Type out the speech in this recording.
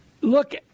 Look